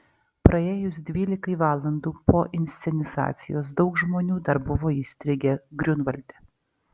praėjus dvylikai valandų po inscenizacijos daug žmonių dar buvo įstrigę griunvalde